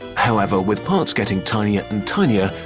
however, with parts getting tinier and tinier,